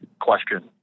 question